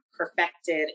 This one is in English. perfected